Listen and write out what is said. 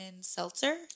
seltzer